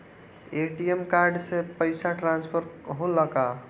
ATM card से पैसा transfer होला का?